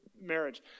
marriage